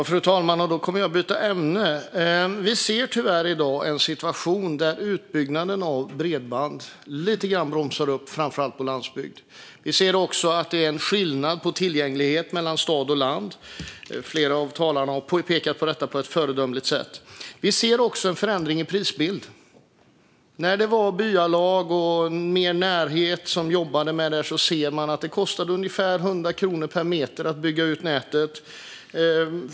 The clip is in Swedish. Fru talman! Jag kommer nu att byta ämne. I dag ser vi tyvärr en situation där utbyggnaden av bredband lite grann bromsar upp, framför allt på landsbygden. Vi ser också att det är skillnad i tillgänglighet mellan stad och land, vilket flera av talarna på ett föredömligt sätt har pekat på. Vi ser också en förändring i prisbild. När det var byalag och människor som jobbade med detta mer i närheten kostade det ungefär 100 kronor per meter att bygga ut nätet.